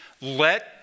Let